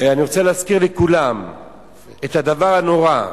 אני רוצה להזכיר לכולם את הדבר הנורא.